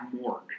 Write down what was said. morgue